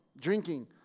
drinking